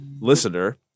listener